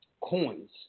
coins